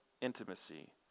intimacy